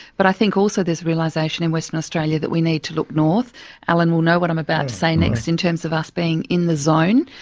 but i think also there's a realisation in western australia that we need to look north alan will know what i'm about to say next in terms of us being in the zone.